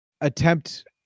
attempt